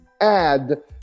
add